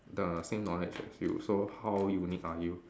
the same knowledge as you so how unique are you